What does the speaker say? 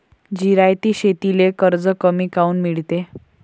जिरायती शेतीले कर्ज कमी काऊन मिळते?